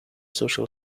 social